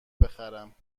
بخرم